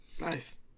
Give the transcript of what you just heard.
Nice